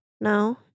No